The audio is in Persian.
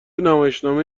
نمایشنامه